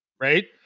Right